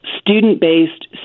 student-based